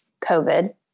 COVID